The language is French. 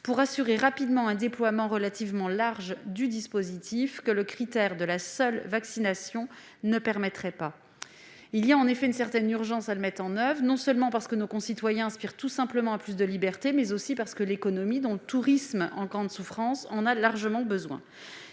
pour assurer rapidement un déploiement relativement large du dispositif, ce que le critère de la seule vaccination ne permettrait pas. Il y a une certaine urgence à mettre en oeuvre ce certificat, non seulement parce que nos concitoyens aspirent à plus de liberté, mais aussi parce que l'économie, notamment le tourisme, en grande souffrance, en a largement le besoin.